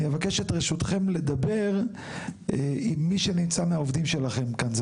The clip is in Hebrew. אני אבקש את רשותכם לדבר עם מי שנמצא מהעובדים שלכם כאן.